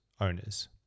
owners